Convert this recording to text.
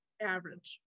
average